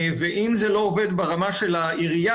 אם זה לא עובד ברמה של העירייה,